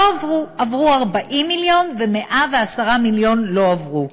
לא הועברו, עברו 40 מיליון, ו-110 מיליון לא עברו.